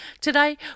Today